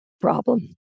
problem